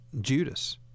Judas